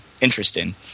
interesting